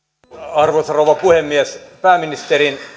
arvoisa rouva puhemies pääministerin